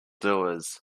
doers